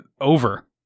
Over